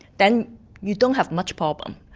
then you don't have much problem.